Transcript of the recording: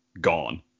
gone